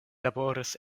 laboris